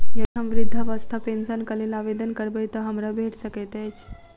यदि हम वृद्धावस्था पेंशनक लेल आवेदन करबै तऽ हमरा भेट सकैत अछि?